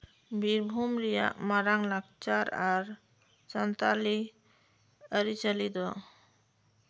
ᱵᱤᱨᱵᱷᱩᱢ ᱨᱮᱭᱟᱜ ᱢᱟᱨᱟᱝ ᱞᱟᱠᱪᱟᱨ ᱟᱨ ᱥᱟᱱᱛᱟᱲᱤ ᱟᱹᱨᱤ ᱪᱟᱹᱞᱤ ᱫᱚ